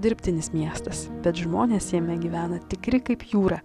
dirbtinis miestas bet žmonės jame gyvena tikri kaip jūra